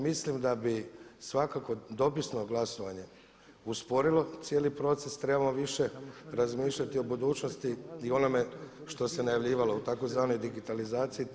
Mislim da bi svakako dopisno glasovanje usporilo cijeli proces, trebamo više razmišljati o budućnosti i onome što se najavljivalo u tzv. digitalizaciji.